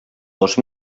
dos